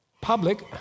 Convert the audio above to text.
public